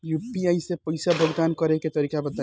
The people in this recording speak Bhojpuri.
यू.पी.आई से पईसा भुगतान करे के तरीका बताई?